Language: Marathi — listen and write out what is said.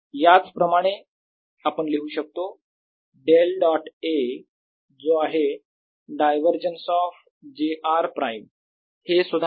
याच प्रमाणे आपण लिहू शकतो डेल डॉट A जो आहे divergence of j r prime हे सुद्धा असेल 0